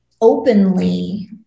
openly